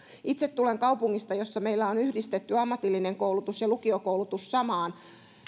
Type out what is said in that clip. itse tulen kaupungista jossa meillä on yhdistetty ammatillinen koulutus ja lukiokoulutus samaan